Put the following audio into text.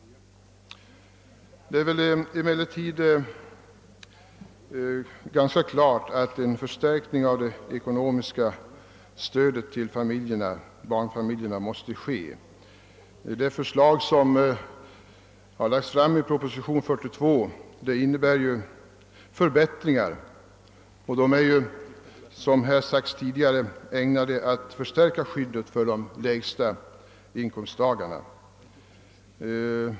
Det är emellertid klart, att en förstärkning av det ekonomiska stödet åt barnfamiljerna måste åstadkommas. Det förslag som framlagts i proposition nr 42 innebär förbättringar, och dessa är, som det sagts tidigare i debatten, ägnade att förstärka skyddet för de lägsta inkomsttagarna.